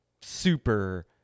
super